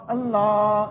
Allah